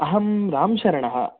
अहं रामशरणः